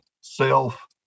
SELF